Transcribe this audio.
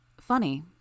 Funny